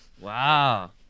Wow